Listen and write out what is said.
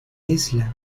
isla